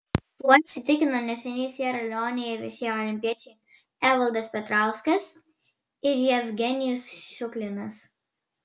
tuo įsitikino neseniai siera leonėje viešėję olimpiečiai evaldas petrauskas ir jevgenijus šuklinas